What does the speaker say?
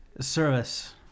Service